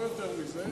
לא יותר מזה,